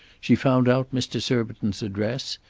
she found out mr. surbiton's address,